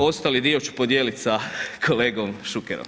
Ostali dio ću podijelit sa kolegom Šukerom.